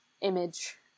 image